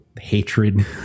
hatred